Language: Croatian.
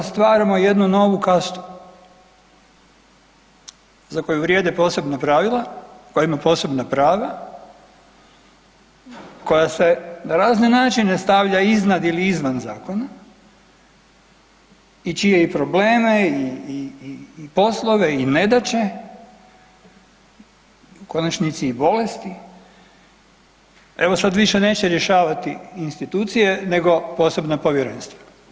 Time mi kao da stvaramo jednu novu kastu za koju vrijede posebna pravila, koja ima posebna prava, koja se na razne načine stavlja iznad ili izvan zakona i čije i probleme i poslove i nedače, u konačnici, i bolesti, evo, sad više neće rješavati institucije nego posebna povjerenstva.